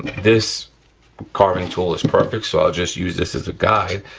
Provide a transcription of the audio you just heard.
this carving tool is perfect so i'll just use this as a guide.